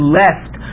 left